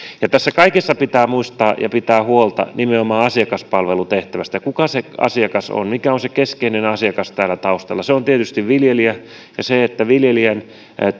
olemaan tässä kaikessa pitää muistaa pitää huolta nimenomaan asiakaspalvelutehtävästä kuka se asiakas on mikä on se keskeinen asiakas täällä taustalla se on tietysti viljelijä ja se että viljelijän